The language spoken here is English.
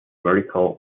vertical